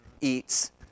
eats